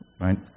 right